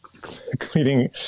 cleaning